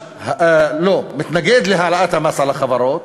לא, מתנגד להעלאת המס על החברות,